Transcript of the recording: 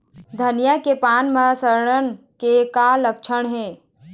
धनिया के पान म सड़न के का लक्षण ये?